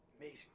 Amazing